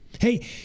Hey